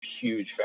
huge